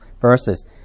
verses